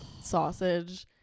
sausage